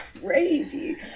crazy